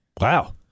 wow